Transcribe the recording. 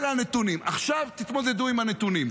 אלה הנתונים, עכשיו תתמודדו עם הנתונים.